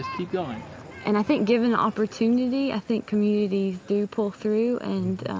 just keep going and i think, given the opportunity, i think communities do pull through. and,